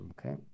Okay